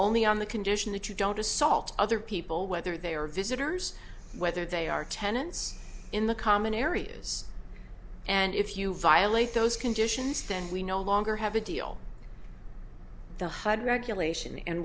only on the condition that you don't assault other people whether they are visitors whether they are tenants in the common areas and if you violate those conditions then we no longer have a deal the hud regulation and